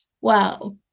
wow